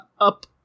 up